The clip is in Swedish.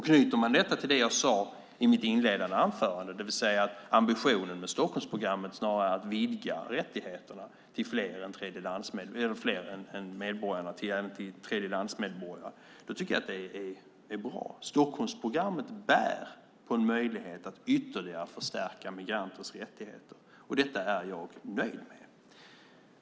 Knyter man detta till det jag sade i mitt inledande anförande, det vill säga att ambitionen med Stockholmsprogrammet snarare är att vidga rättigheterna även till tredjelandsmedborgare, tycker jag att det är bra. Stockholmsprogrammet bär på en möjlighet att ytterligare förstärka migranters rättigheter, och det är jag nöjd med.